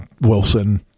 wilson